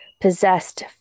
possessed